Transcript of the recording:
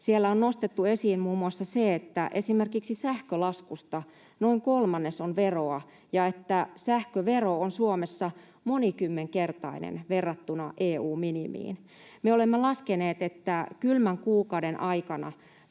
Siellä on nostettu esiin muun muassa se, että esimerkiksi sähkölaskusta noin kolmannes on veroa, ja että sähkövero on Suomessa monikymmenkertainen verrattuna EU-minimiin. Me olemme laskeneet, että kylmän kuukauden aikana